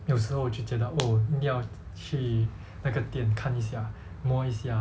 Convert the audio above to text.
有时候我就觉得 oh 你要去那个店看一下摸一下